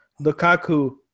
Lukaku